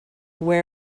where